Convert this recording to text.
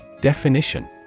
Definition